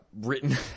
written